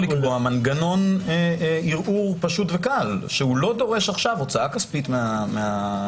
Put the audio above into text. אפשר לקבוע מנגנון ערעור פשוט וקל שלא דורש השקעה כספית מהיחיד,